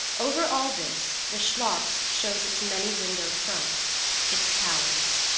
over all this the schloss shows its many-windowed front its towers,